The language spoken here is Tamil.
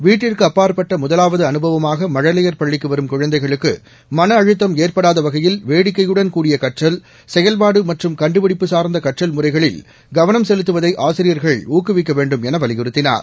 வீட்டிற்கு அப்பாற்பட்ட முதலாவது அபைவமாக மழலையர் பள்ளிக்கு வரும் குழந்தைகளுக்கு மன அழத்தம் ஏற்படாதவகையில் வேடிக்கையுடன் கூடிய கற்றல் செயல்பாடு மற்றும் கண்டுபிடிப்பு சார்ந்த கற்றல் முறைகளில் கவனம் செலுத்துவதை ஆசிரியர்கள் ஊக்குவிக்க வேண்டும் என வலியுறுத்தினார்